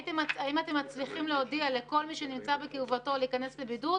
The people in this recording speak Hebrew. האם אתם מצליחים להודיע לכל מי שנמצא בקרבתו להיכנס לבידוד?